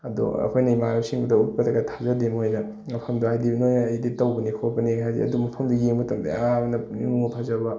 ꯑꯗꯣ ꯑꯩꯈꯣꯏꯅ ꯏꯃꯥꯟꯅꯕꯁꯤꯡꯗꯒ ꯎꯠꯄꯗꯒ ꯊꯥꯖꯗꯦ ꯃꯣꯏꯗ ꯃꯐꯝꯗꯣ ꯍꯥꯏꯗꯤ ꯅꯣꯏꯅ ꯏꯗꯤꯠ ꯇꯧꯕꯅꯦ ꯈꯣꯠꯄꯅꯤ ꯍꯥꯏꯗꯤ ꯑꯗꯨ ꯃꯐꯝꯗꯨ ꯌꯦꯡꯕ ꯃꯇꯝꯗ ꯌꯥꯝꯅ ꯄꯨꯛꯅꯤꯡ ꯍꯨꯅ ꯐꯖꯕ